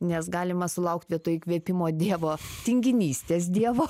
nes galima sulaukt vietoj įkvėpimo dievo tinginystės dievo